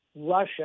Russia